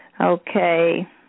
Okay